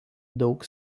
daug